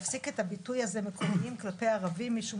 להפסיק את הביטוי הזה "מקומיים" כלפי ערבים משום